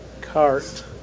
cart